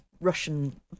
Russian